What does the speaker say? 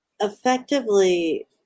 effectively